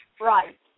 right